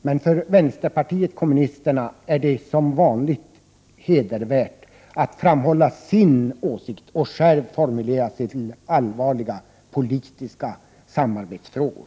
Men för oss i vänsterpartiet kommunisterna är det som vanligt hedervärt att framhålla vår åsikt och själva formulera oss i allvarliga politiska samarbetsfrågor.